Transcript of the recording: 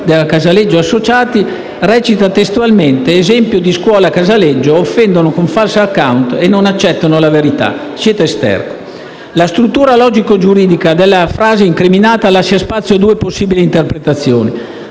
La struttura logico-giuridica della frase incriminata lascia spazio a due possibili interpretazioni.